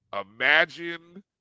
imagine